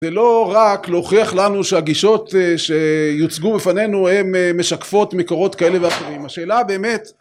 ולא רק להוכיח לנו שהגישות שיוצגו בפנינו הן משקפות מקורות כאלה ואחרים. השאלה באמת